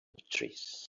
trees